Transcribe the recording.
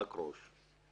חכרוש.